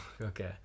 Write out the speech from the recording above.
okay